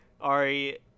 Ari